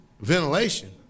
Ventilation